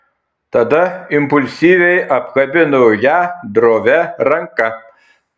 tada impulsyviai apkabino ją drovia ranka